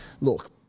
look